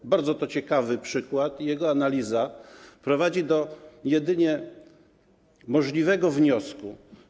To bardzo ciekawy przykład i jego analiza prowadzi do jedynego możliwego wniosku.